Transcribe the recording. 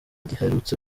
giherutse